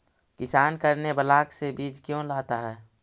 किसान करने ब्लाक से बीज क्यों लाता है?